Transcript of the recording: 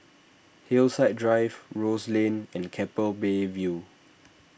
Hillside Drive Rose Lane and Keppel Bay View